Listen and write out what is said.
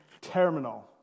terminal